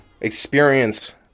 experience